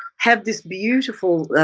have this beautiful